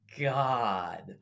God